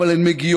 אבל הן מגיעות.